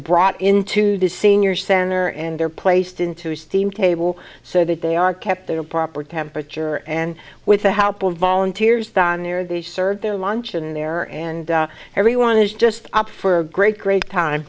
brought into the senior center and they're placed into steam table so that they are kept their proper temperature and with the help of volunteers than there they serve their lunch in there and everyone is just up for a great great time